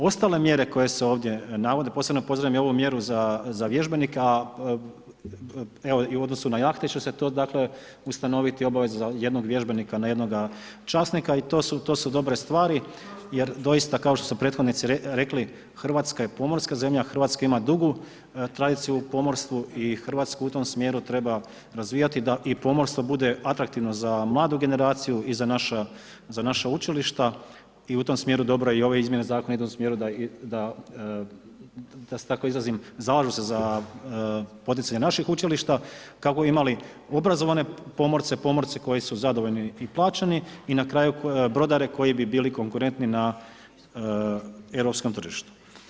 Ostale mjere koje se ovdje navode, posebno pozdravljam i ovu mjeru za vježbenike, a evo i u odnosu na jahte će se to dakle, ustanoviti obaveza jednog vježbenika na jednoga časnika i to su dobre stvari jer doista, kao što su prethodnici rekli, RH je pomorska zemlja, RH ima dugu tradiciju u pomorstvu i RH u tom smjeru treba razvijati da i pomorstvo bude atraktivno za mladu generaciju i za naša učilišta i u tom smjeru dobro je i ove izmjene Zakona idu u tom smjeru da se tako izrazim, zalažu se za poticanje naših učilišta kako bi imali obrazovane pomorce, pomorce koji su zadovoljni i plaćeni i na kraju, brodare koji bi bili konkurenti na europskom tržištu.